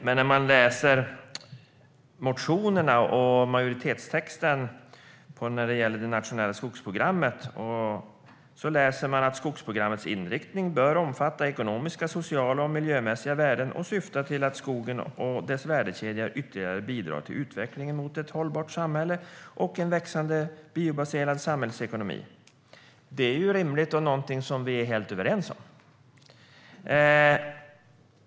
Men i motionerna och i majoritetstexten om det nationella skogsprogrammet står det att skogsprogrammets inriktning bör omfatta ekonomiska, sociala och miljömässiga värden och syfta till att skogen och dess värdekedja ytterligare bidrar till utvecklingen mot ett hållbart samhälle och en växande biobaserad samhällsekonomi. Det är ju rimligt och någonting som vi är helt överens om.